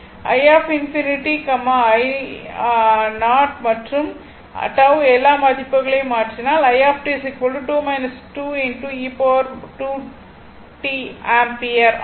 i∞ i0 மற்றும் τ எல்லா மதிப்புகளையும் மாற்றினால்ஆம்பியர் ஆகும்